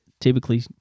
typically